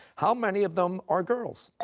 how many of them are girls?